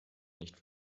nicht